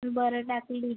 बरं टाकली